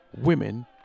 Women